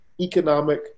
economic